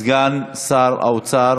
סגן שר האוצר